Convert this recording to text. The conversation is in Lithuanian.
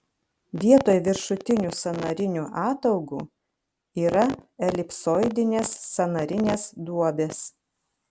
vietoj viršutinių sąnarinių ataugų yra elipsoidinės sąnarinės duobės